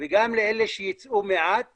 וגם לאלה שייצאו מעט